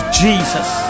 jesus